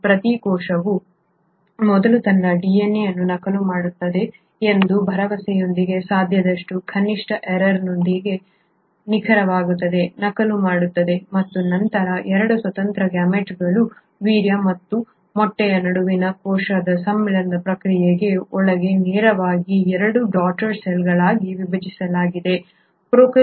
ಇಲ್ಲಿ ಪ್ರತಿ ಕೋಶವು ಮೊದಲು ತನ್ನ DNA ಅನ್ನು ನಕಲು ಮಾಡುತ್ತದೆ ಎಂಬ ಭರವಸೆಯೊಂದಿಗೆ ಸಾಧ್ಯವಾದಷ್ಟು ಕನಿಷ್ಠ ಎರರ್ಗಳೊಂದಿಗೆ ನಿಖರವಾಗಿ ನಕಲು ಮಾಡುತ್ತದೆ ಮತ್ತು ನಂತರ 2 ಸ್ವತಂತ್ರ ಗ್ಯಾಮೆಟ್ಗಳು ವೀರ್ಯ ಮತ್ತು ಮೊಟ್ಟೆಯ ನಡುವಿನ ಕೋಶ ಸಮ್ಮಿಳನ ಪ್ರಕ್ರಿಯೆಗೆ ಒಳಗಾಗದೆ ನೇರವಾಗಿ 2 ಡಾಟರ್ ಸೆಲ್ಗಳಾಗಿ ವಿಭಜಿಸುತ್ತದೆ